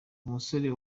umusore